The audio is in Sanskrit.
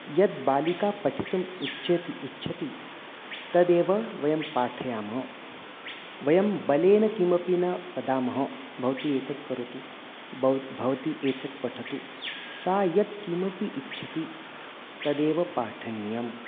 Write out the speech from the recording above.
यद् बालिका पठितुम् इच्छति इच्छति तदेव वयं पाठयामः वयं बलेन किमपि न वदामः भवती एतत् करोतु भव् भवती एतत् पठतु सा यत् किमपि इच्छति तदेव पाठनीयम्